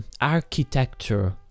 architecture